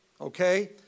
okay